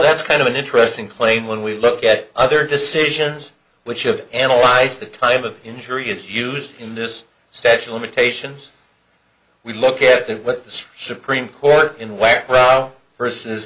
that's kind of an interesting claim when we look at other decisions which of analyze the type of injury is used in this statue limitations we look at this supreme court in